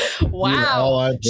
Wow